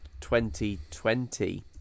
2020